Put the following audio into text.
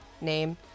name